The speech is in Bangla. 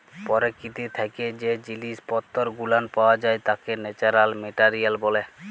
পরকীতি থাইকে জ্যে জিনিস পত্তর গুলান পাওয়া যাই ত্যাকে ন্যাচারাল মেটারিয়াল ব্যলে